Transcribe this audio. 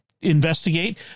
investigate